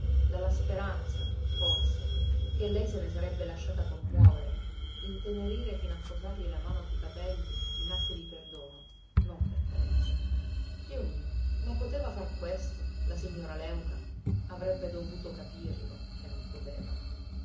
dalla speranza forse che lei se ne sarebbe lasciata commuovere intenerire fino a posargli la mano sui capelli in atto di perdono non per carezza dio mio ma poteva far questo la signora léuca avrebbe dovuto capirlo che non poteva